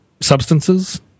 substances